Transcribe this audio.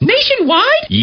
Nationwide